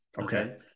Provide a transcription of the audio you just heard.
Okay